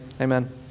Amen